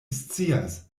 scias